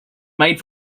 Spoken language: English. made